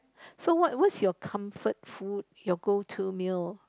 so what what's your comfort food your go to meal